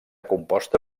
composta